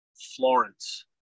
Florence